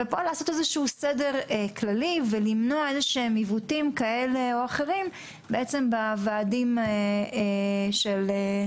לעשות פה סדר כללי ולמנוע עיוותים כאלה ואחרים בוועדים המקומיים.